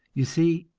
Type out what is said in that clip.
you see,